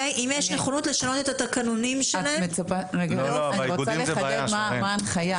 אם יש נכונות לשנות את התקנונים שלהם --- אני רוצה לחדד מה ההנחיה.